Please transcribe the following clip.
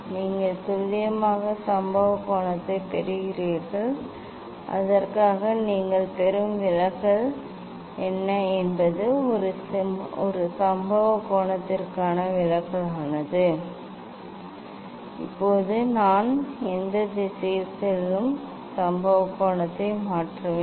நீங்கள் துல்லியமான சம்பவ கோணத்தைப் பெறுகிறீர்கள் அதற்காக நீங்கள் பெறும் விலகல் என்ன என்பது ஒரு சம்பவ கோணத்திற்கான விலகலுக்கானது இப்போது நான் எந்த திசையில் செல்லும் சம்பவ கோணத்தை மாற்றுவேன்